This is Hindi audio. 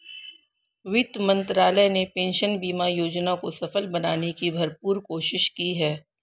वित्त मंत्रालय ने पेंशन बीमा योजना को सफल बनाने की भरपूर कोशिश की है